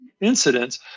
incidents